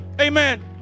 Amen